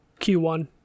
q1